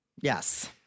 Yes